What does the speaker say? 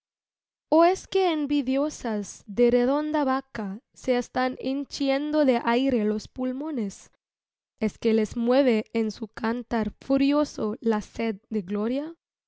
o es que envidiosas de redonda vaca se están hinchiendo de aire los pulmones es que les mueve en su cantar furioso la sed de gloria